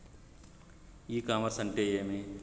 ఇ commerce అంటే ఏమి?